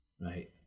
right